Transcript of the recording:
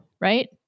right